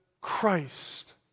Christ